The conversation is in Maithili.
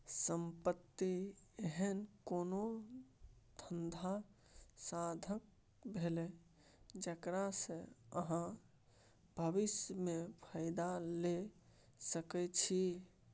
संपत्ति एहन कोनो धंधाक साधंश भेलै जकरा सँ अहाँ भबिस मे फायदा लए सकै छी